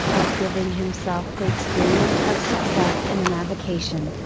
of giving himself the experience of success in an avocation,